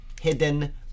hidden